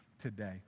today